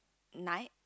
nine